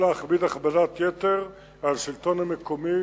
לא להכביד הכבדת יתר על השלטון המקומי